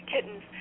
kittens